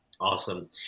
Awesome